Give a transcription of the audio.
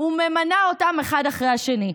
וממנה אותם אחד אחרי השני.